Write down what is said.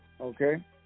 Okay